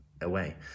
away